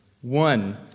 One